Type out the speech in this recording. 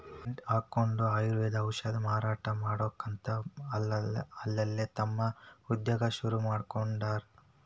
tent ಹಕ್ಕೊಂಡ್ ಆಯುರ್ವೇದ ಔಷಧ ಮಾರಾಟಾ ಮಾಡ್ಕೊತ ಅಲ್ಲಲ್ಲೇ ತಮ್ದ ಉದ್ಯೋಗಾ ಶುರುರುಮಾಡ್ಕೊಂಡಾರ್